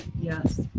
Yes